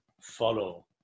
follow